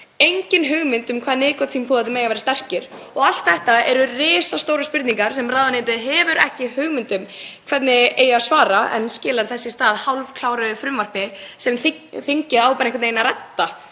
engin hugmynd um hvað nikótínpúðarnir mega vera sterkir. Allt þetta eru risastórar spurningar sem ráðuneytið hefur ekki hugmynd um hvernig eigi að svara en skilar þess í stað hálfkláruðu frumvarpi sem þingið á bara einhvern veginn að redda.